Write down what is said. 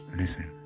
listen